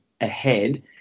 ahead